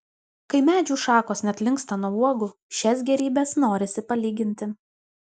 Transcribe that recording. kai medžių šakos net linksta nuo uogų šias gėrybes norisi palyginti